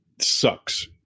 sucks